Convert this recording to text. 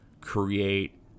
create